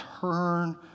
turn